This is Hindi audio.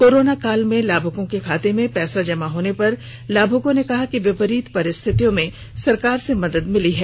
कोरोना काल में लाभुकों के खाते में पैसे जमा होने पर लाभुकों ने कहा कि विपरीत परिस्थितियों में सरकार से मदद मिली है